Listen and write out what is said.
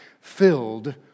filled